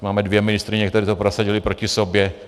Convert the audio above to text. Máme dvě ministryně, které to prosadily proti sobě.